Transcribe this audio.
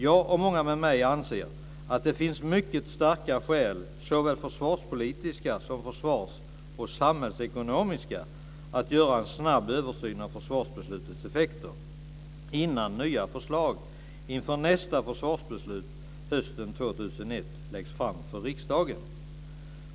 Jag och många med mig anser att det finns mycket starka skäl, såväl försvarspolitiska som försvars och samhällsekonomiska, att göra en snabb översyn av försvarsbeslutets effekter innan nya förslag inför nästa försvarsbeslut hösten 2001 läggs fram för riksdagen.